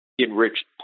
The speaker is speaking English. enriched